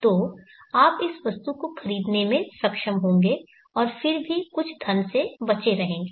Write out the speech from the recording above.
तो आप इस वस्तु को खरीदने में सक्षम होंगे और फिर भी कुछ धन से बचे रहेंगे